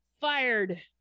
Fired